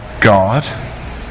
God